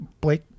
Blake